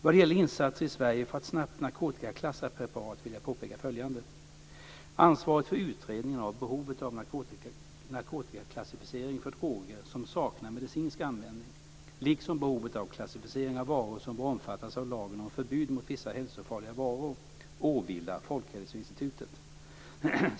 Vad gäller insatser i Sverige för att snabbt narkotikaklassa preparat vill jag påpeka följande. Ansvaret för utredningen av behovet av narkotikaklassificering för droger som saknar medicinsk användning, liksom behovet av klassificering av varor som bör omfattas av lagen om förbud mot vissa hälsofarliga varor åvilar Folkhälsoinstitutet.